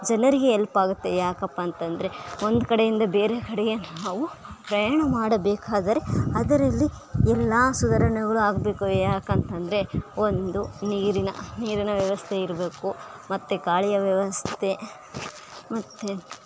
ಜನರಿಗೆ ಎಲ್ಪ್ ಆಗುತ್ತೆ ಯಾಕಪ್ಪ ಅಂತಂದರೆ ಒಂದು ಕಡೆಯಿಂದ ಬೇರೆ ಕಡೆಗೆ ನಾವು ಪ್ರಯಾಣ ಮಾಡಬೇಕಾದರೆ ಅದರಲ್ಲಿ ಎಲ್ಲ ಸುಧಾರಣೆಗಳು ಆಗಬೇಕು ಯಾಕಂತಂದರೆ ಒಂದು ನೀರಿನ ನೀರಿನ ವ್ಯವಸ್ಥೆ ಇರಬೇಕು ಮತ್ತು ಗಾಳಿಯ ವ್ಯವಸ್ಥೆ ಮತ್ತು